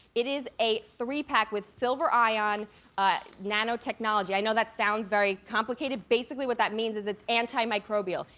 it is a three pack with silver ion nanotechnology. i know that sounds very complicated. basically what that means is it's anti-microbial.